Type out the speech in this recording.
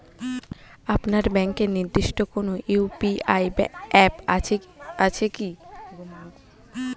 আপনার ব্যাংকের নির্দিষ্ট কোনো ইউ.পি.আই অ্যাপ আছে আছে কি?